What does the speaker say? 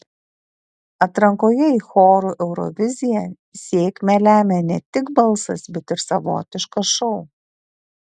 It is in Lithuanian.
atrankoje į chorų euroviziją sėkmę lemia ne tik balsas bet ir savotiškas šou